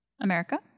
America